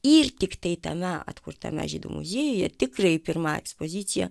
ir tiktai tame atkurtame žydų muziejuje tikrai pirma ekspozicija